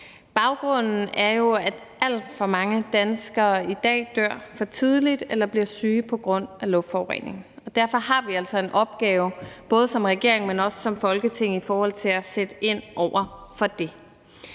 Baggrunden er jo, at alt for mange danskere i dag dør for tidligt eller bliver syge på grund af luftforurening. Derfor har vi altså en opgave både som regering og som Folketing i at sætte ind over for det.